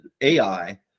ai